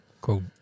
Cool